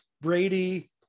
Brady